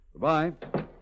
Goodbye